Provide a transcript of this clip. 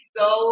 go